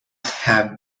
have